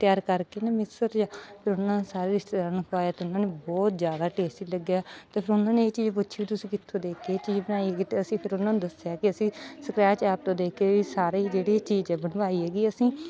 ਤਿਆਰ ਕਰਕੇ ਨਾ ਮਿਕਸਰ ਜਿਹਾ ਫਿਰ ਉਹਨਾਂ ਸਾਰੇ ਰਿਸ਼ਤੇਦਰਾਂ ਨੂੰ ਖਵਾਇਆ ਅਤੇ ਉਹਨਾਂ ਨੇ ਬਹੁਤ ਜ਼ਿਆਦਾ ਟੇਸਟੀ ਲੱਗਿਆ ਅਤੇ ਫਿਰ ਉਹਨਾਂ ਨੇ ਇਹ ਚੀਜ਼ ਪੁੱਛੀ ਤੁਸੀਂ ਕਿੱਥੋਂ ਦੇਖ ਕੇ ਇਹ ਚੀਜ਼ ਬਣਾਈ ਹੈਗੀ ਅਤੇ ਅਸੀਂ ਫਿਰ ਉਹਨਾਂ ਨੂੰ ਦੱਸਿਆ ਕਿ ਅਸੀਂ ਸਕਰੈਚ ਐਪ ਤੋਂ ਦੇਖ ਕੇ ਸਾਰੇ ਹੀ ਜਿਹੜੇ ਇਹ ਚੀਜ਼ ਬਣਵਾਈ ਹੈਗੀ ਅਸੀਂ